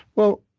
well,